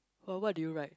but what did you write